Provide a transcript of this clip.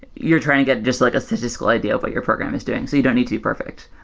you're trying to get just like a statistical idea of what your program is doing. so you don't need to be perfect,